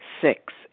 Six